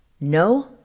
No